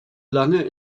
lange